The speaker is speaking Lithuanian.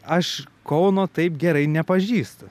aš kauno taip gerai nepažįstu